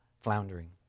floundering